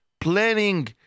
planning